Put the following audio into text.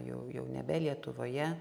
jau jau nebe lietuvoje